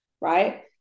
Right